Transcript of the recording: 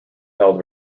held